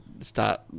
start